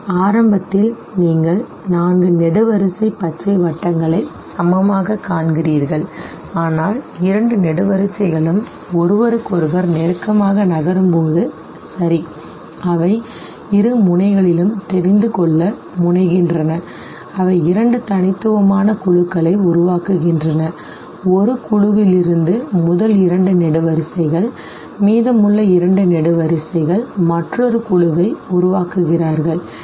ஆரம்பத்தில் நீங்கள் நான்கு நெடுவரிசை பச்சை வட்டங்களை சமமாகக் காண்கிறீர்கள் ஆனால் இரண்டு நெடுவரிசைகளும் ஒருவருக்கொருவர் நெருக்கமாக நகரும்போது சரி அவை இரு முனைகளிலும் தெரிந்துகொள்ள முனைகின்றன அவை இரண்டு தனித்துவமான குழுக்களை உருவாக்குகின்றன ஒரு குழுவிலிருந்து முதல் இரண்டு நெடுவரிசைகள் மீதமுள்ள இரண்டு நெடுவரிசைகள் மற்றொரு குழுவை உருவாக்குகிறார்கள் சரி